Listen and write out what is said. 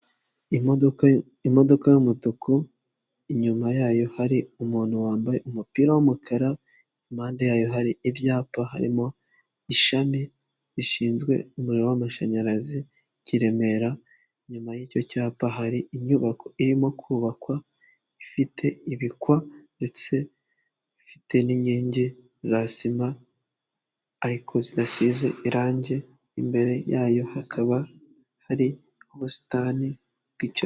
Imodoka y'umutuku inyuma yayo hari umuntu wambaye umupira w'umukara, impande yayo hari ibyapa harimo ishami rishinzwe umuriro w'amashanyarazi ki Remera, inyuma y'icyo cyapa hari inyubako irimo kubakwa ifite ibikwa ndetse ifite n'inkingi za sima ariko zidasize irangi imbere yayo hakaba hari ubusitani bw'icyo.